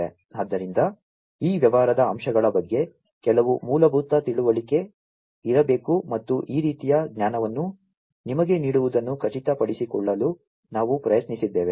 ಆದ್ದರಿಂದ ಈ ವ್ಯವಹಾರದ ಅಂಶಗಳ ಬಗ್ಗೆ ಕೆಲವು ಮೂಲಭೂತ ತಿಳುವಳಿಕೆ ಇರಬೇಕು ಮತ್ತು ಈ ರೀತಿಯ ಜ್ಞಾನವನ್ನು ನಿಮಗೆ ನೀಡುವುದನ್ನು ಖಚಿತಪಡಿಸಿಕೊಳ್ಳಲು ನಾವು ಪ್ರಯತ್ನಿಸಿದ್ದೇವೆ